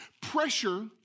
Pressure